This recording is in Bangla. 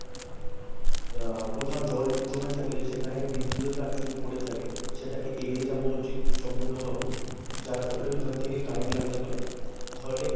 কোথাও জল জমে থাকলে সেখানে বিদ্যুতের তার যদি পড়ে থাকে সেটাকে এড়িয়ে যাওয়া উচিত সম্পূর্ণভাবে যার ফলে এখান থেকে কারেন্ট লাগতে পারে ফলে